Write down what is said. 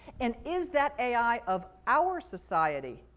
and is that ai of our society?